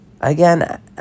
Again